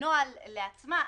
נוהל לעצמה,